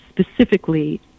specifically